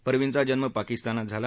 परविनचा जन्म पाकिस्तानात झाला